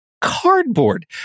cardboard